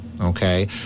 okay